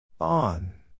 On